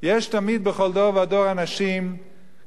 בכל דור ודור יש תמיד אנשים כשרים,